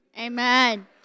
Amen